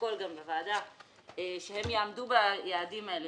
לפרוטוקול גם בוועדה שהם יעמדו ביעדים האלה,